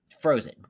frozen